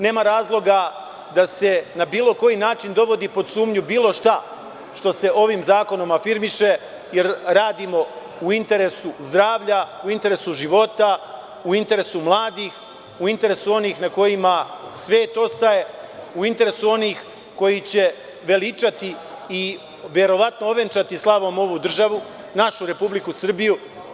Nema razloga se na bilo koji način dovodi pod sumnju bilo šta što se ovim zakonom afirmiše, jer radimo u interesu zdravlja, u interesu života, u interesu mladih, u interesu onih na kojima svet ostaje, u interesu onih koji će veličati i verovatno ovenčati slavom ovu državu, našu Republiku Srbiju.